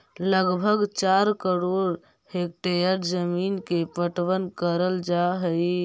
लगभग चार करोड़ हेक्टेयर जमींन के पटवन करल जा हई